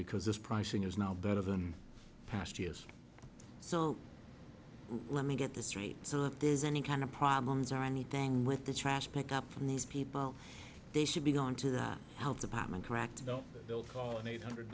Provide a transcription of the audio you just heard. because this pricing is now better than past years so let me get this straight so if there's any kind of problems or anything with the trash pickup from these people they should be gone to the health department cracked don't bill call an eight hundred